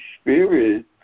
Spirit